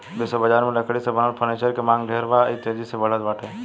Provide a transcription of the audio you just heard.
विश्व बजार में लकड़ी से बनल फर्नीचर के मांग ढेर बा आ इ तेजी से बढ़ते बा